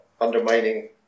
undermining